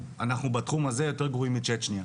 אנחנו בתחום הזה יותר גרועים מצ'צ'ניה.